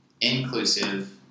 inclusive